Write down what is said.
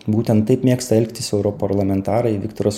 būtent taip mėgsta elgtis europarlamentarai viktoras